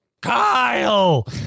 Kyle